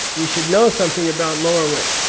you should know something about lower way.